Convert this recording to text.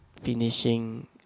Finishing